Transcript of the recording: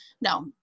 No